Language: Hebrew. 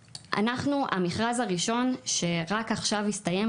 המרכז הראשון שרק עכשיו הסתיים,